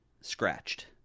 scratched